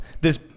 this-